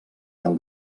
del